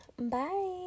bye